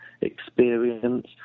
experience